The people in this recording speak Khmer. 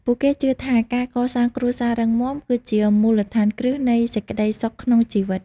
ពួកគេជឿថាការកសាងគ្រួសាររឹងមាំគឺជាមូលដ្ឋានគ្រឹះនៃសេចក្តីសុខក្នុងជីវិត។